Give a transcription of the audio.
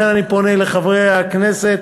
לכן אני פונה לחברי הכנסת